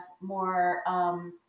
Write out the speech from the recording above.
more